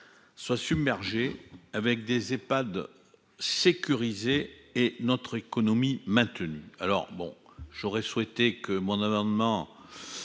soit submergés avec des Epad sécurisé et notre économie maintenue alors bon, j'aurais souhaité que mon amendement,